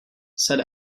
said